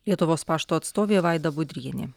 lietuvos pašto atstovė vaida budrienė